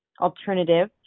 alternative